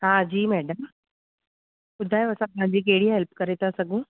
हा जी मेडम ॿुधायो असां तव्हांजी कहिड़ी हेल्प करे था सघूं